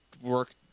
work